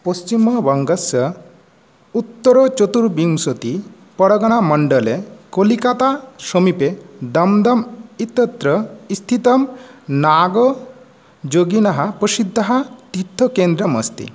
पश्चिमवङ्गस्य उत्तरचतुर्विंशति पर्गना मण्डले कोलिकता समिपे दम्दम् इत्यत्र स्थितं नागजोगिनः प्रसिद्धः तीर्थकेन्द्रम् अस्ति